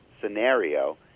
scenario